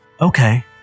Okay